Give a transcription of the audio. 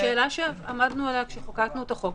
אבל זאת שאלה שעמדנו עליה כשחוקקנו את החוק,